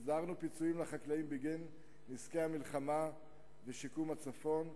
הסדרנו פיצויים לחקלאים בגין נזקי המלחמה ושיקום הצפון,